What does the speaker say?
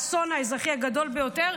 האסון האזרחי הגדול ביותר.